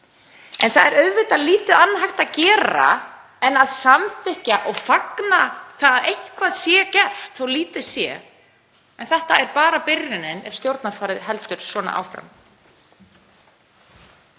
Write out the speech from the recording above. Það er auðvitað lítið annað hægt að gera en að samþykkja og fagna því að eitthvað sé gert, þó lítið sé. En þetta er bara byrjunin ef stjórnarfarið heldur svona áfram.